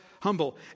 humble